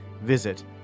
Visit